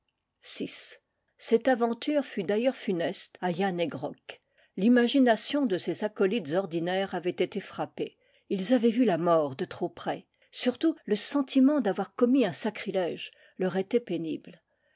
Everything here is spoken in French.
cette aventure fut d'ailleurs funeste à yann he grok l'imagination de ses acolytes ordinaires avait été frappée ils avaient vu la mort de trop près surtout le sentiment d'avoir commis un sacrilège leur était pénible